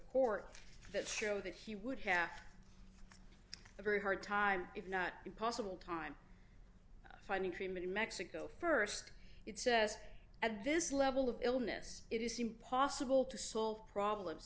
court that show that he would have a very hard time if not impossible time finding treatment in mexico st it says at this level of illness it is impossible to solve problems